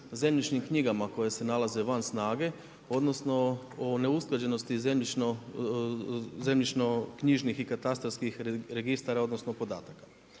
zemljišnim knjigama koje se nalaze van snage odnosno o neusklađenosti zemljišno-knjižnih i katastarskih registara odnosno podataka.